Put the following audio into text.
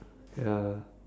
ya